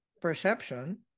perception